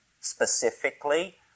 specifically